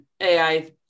AI